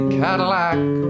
Cadillac